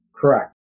Correct